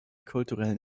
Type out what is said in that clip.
kulturellen